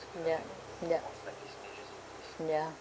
ya ya ya